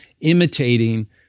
imitating